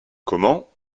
comment